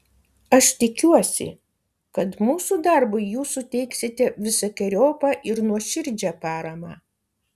aš tikiuosi kad mūsų darbui jūs suteiksite visokeriopą ir nuoširdžią paramą